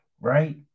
Right